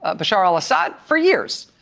ah bashar al assad, for years.